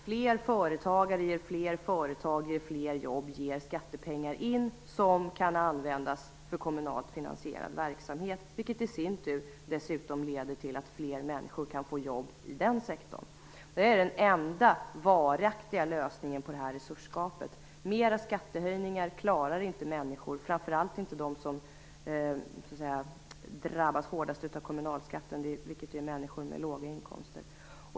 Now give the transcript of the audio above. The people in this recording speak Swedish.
Fler företagare ger fler företag ger fler jobb ger skattepengar, som kan användas för kommunalt finansierad verksamhet, vilket i sin tur dessutom leder till att fler människor kan få jobb i den sektorn. Det är den enda varaktiga lösningen när det gäller resursgapet. Fler skattehöjningar klarar inte människor, framför allt inte de som drabbas hårdast av kommunalskatten, vilket är människor med låga inkomster.